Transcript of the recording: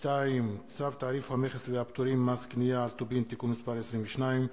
2. צו תעריף המכס והפטורים ומס קנייה על טובין (תיקון מס' 22),